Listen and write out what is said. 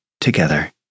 together